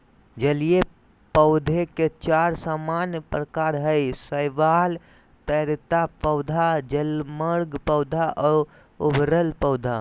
जलीय पौधे के चार सामान्य प्रकार हइ शैवाल, तैरता पौधा, जलमग्न पौधा और उभरल पौधा